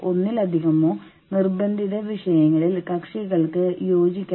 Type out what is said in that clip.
അതിനാൽ നിങ്ങൾ സ്ഥാപനത്തിൽ നിക്ഷേപിച്ചിരിക്കുന്നു